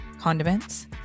condiments